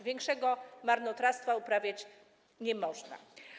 Większego marnotrawstwa uprawiać nie można.